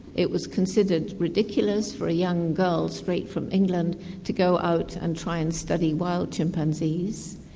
it was considered ridiculous for a young girl straight from england to go out and try and study wild chimpanzees.